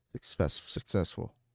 successful